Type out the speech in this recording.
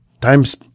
times